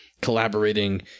collaborating